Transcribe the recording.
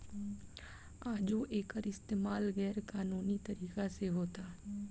आजो एकर इस्तमाल गैर कानूनी तरीका से होता